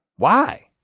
why?